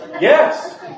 Yes